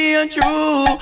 untrue